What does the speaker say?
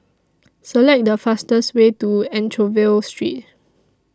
Select The fastest Way to Anchorvale Street